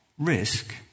risk